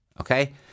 okay